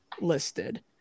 listed